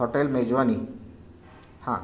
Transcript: hotel मेजवानी हां